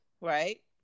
right